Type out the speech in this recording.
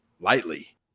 lightly